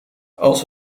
als